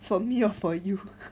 for me or for you